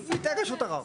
הוא ייתן רשות ערר.